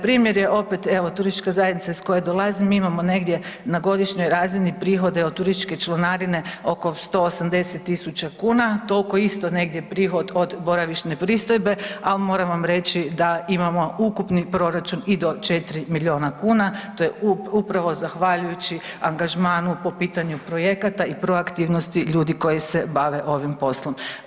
Primjer je opet evo turistička zajednica iz koje dolazim, mi imamo negdje na godišnjoj razini prihode od turističke članarine oko 180.000 kuna, toliko isto negdje prihod od boravišne pristojbe, a moram vam reći da imamo ukupni proračun i do četiri milijuna kuna, to je upravo zahvaljujući angažmanu po pitanju projekata i proaktivnosti ljudi koji se bave ovim poslom.